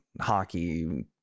hockey